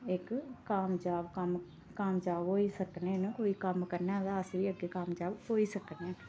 इक्क कामजाब कम्म नेईं कामजाब होई सकने कि में ना कोई अग्गें बी कम्म करना होऐ ते अस बी कामजाब होई सकनें आं